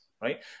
right